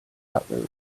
cutlery